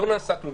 לא נעשה כלום.